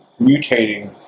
mutating